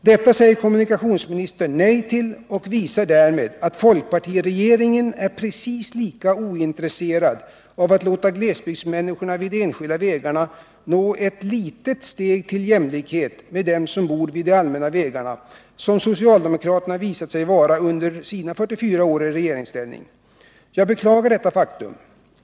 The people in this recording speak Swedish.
Detta säger kommunikationsministern nej till och visar därmed att folkpartiregeringen är precis lika ointresserad av att låta glesbygdsmänniskorna vid de enskilda vägarna nå ett litet steg mot jämlikhet med dem som bor vid de allmänna vägarna som socialdemokraterna visat sig vara under sina 44 år i regeringsställning. Jag beklagar detta faktum.